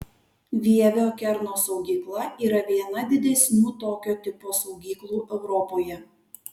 vievio kerno saugykla yra viena didesnių tokio tipo saugyklų europoje